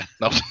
No